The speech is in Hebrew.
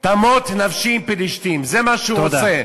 תמות נפשי עם פלישתים, זה מה שהוא עושה.